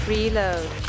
Reload